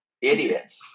idiots